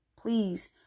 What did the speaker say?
please